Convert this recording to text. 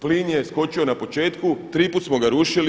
Plin je skočio na početku, triput smo ga rušili.